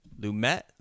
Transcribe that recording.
Lumet